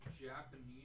Japanese